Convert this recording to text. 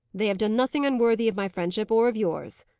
they have done nothing unworthy of my friendship or of yours.